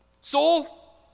soul